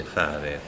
fare